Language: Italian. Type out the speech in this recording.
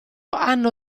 hanno